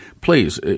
Please